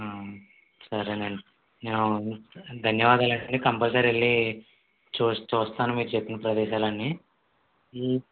సరేనండి ధన్యవాదాలు అండి కంపల్సరీ వెళ్లి చూ చూస్తాను మీరు చెప్పిన ప్రదేశాలు అన్ని